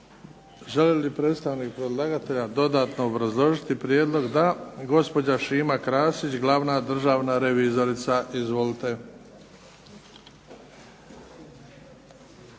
Želi li predstavnik predlagatelja dodatno obrazložiti prijedlog? Da. Gospođa Šima Krasić, glavna državna revizorica. Izvolite.